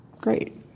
Great